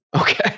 Okay